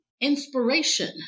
inspiration